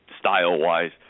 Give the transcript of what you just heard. style-wise